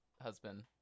husband